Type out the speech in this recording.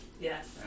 Yes